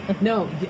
No